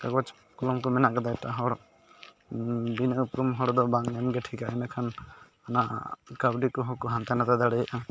ᱠᱟᱜᱚᱡᱽ ᱠᱚᱞᱚᱢ ᱠᱚ ᱢᱮᱱᱟᱜ ᱠᱟᱫᱟ ᱮᱴᱟᱜ ᱦᱚᱲ ᱵᱤᱱᱟᱹ ᱩᱯᱨᱩᱢ ᱦᱚᱲ ᱫᱚ ᱵᱟᱝ ᱢᱮᱱᱜᱮ ᱴᱷᱠᱟ ᱤᱱᱟᱹᱠᱷᱟᱱ ᱚᱱᱟ ᱠᱟᱹᱣᱰᱤ ᱠᱚᱦᱚᱸ ᱠᱚ ᱦᱟᱱᱛᱮ ᱱᱟᱛᱮ ᱫᱟᱲᱮᱭᱟᱜᱼᱟ